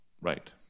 Right